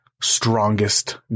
strongest